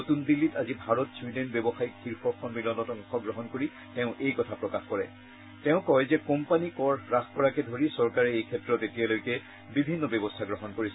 নতুন দিন্নীত আজি ভাৰত ছূইডেন ব্যৱসায়িক শীৰ্ষ সন্মিলনত অংশগ্ৰহণ কৰি তেওঁ এই কথা প্ৰকাশ কৰি তেওঁ কয় যে কোম্পানী কৰ হ্ৰাস কৰাকে ধৰি চৰকাৰে এই ক্ষেত্ৰত এতিয়ালৈকে বিভিন্ন ব্যৱস্থা গ্ৰহণ কৰিছে